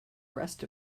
rest